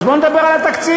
אז בואו נדבר על התקציב.